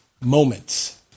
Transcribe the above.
Moments